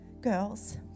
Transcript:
girls